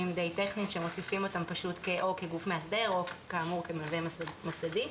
די טכניים שמוסיפים אותם או כגוף מאסדר או כמלווה מוסדי.